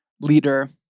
leader